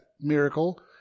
miracle